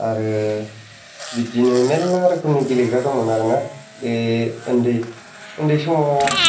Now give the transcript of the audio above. आरो बिदिनो मेरला रोखोमनि गेलेग्रा दंमोन आरोना बे उन्दै उन्दै समाव